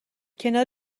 کنار